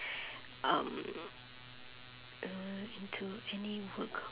um mm into any work